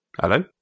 Hello